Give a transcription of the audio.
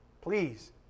Please